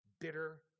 bitter